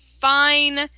fine